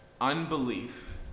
Unbelief